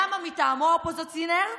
למה מטעמו, האופוזיציונר?